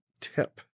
tip